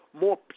more